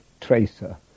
tracer